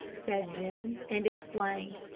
said jim, and explained.